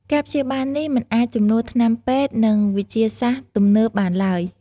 ការព្យាបាលនេះមិនអាចជំនួសថ្នាំពេទ្យ និងវិទ្យាសាស្ត្រទំនើបបានឡើយ។